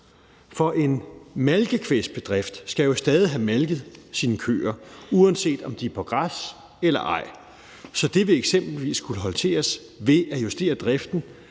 For en malkekvægsbedrift skal jo stadig have malket sine køer, uanset om de er på græs eller ej. Så det vil eksempelvis skulle håndteres ved at justere driften